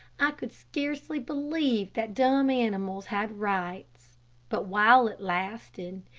i could scarcely believe that dumb animals had rights but while it lasted,